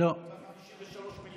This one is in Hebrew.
איפה קושרים אחד בשני?